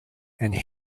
and